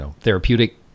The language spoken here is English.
therapeutic